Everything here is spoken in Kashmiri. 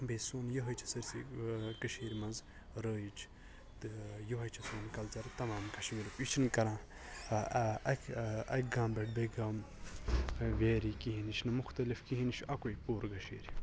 بیٚیہِ سۄن یِہےَ چھِ سٲرسٕے کٔشیٖر مَنٛز رٲیِج تہٕ یِہےَ چھُ سون کَلچَر تَمام کَشمیٖرُک یہِ چھُ نہٕ کَران اَکہِ گامہٕ پیٚٹھٕ بیٚیہِ گام ویری کیٚنٛہہ یہِ چھُ نہٕ مُختَلِف کِہیٖنٛۍ یہِ چھُ اَکُے پوٗرٕ کٔشیٖر